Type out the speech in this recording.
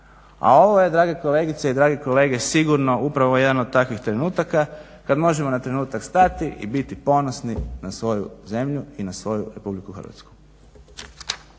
A ovo je drage kolegice i dragi kolege sigurno upravo jedan od takvih trenutaka kad možemo na trenutak stati i biti ponosni na svoju zemlju i na svoju RH.